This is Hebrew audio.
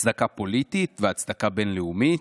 הצדקה פוליטית והצדקה בין-לאומית.